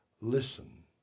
listen